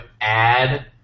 add